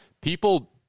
people